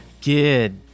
good